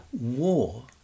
war